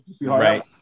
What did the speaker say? Right